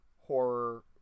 horror